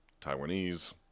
Taiwanese